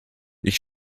ich